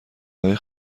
های